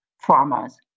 farmers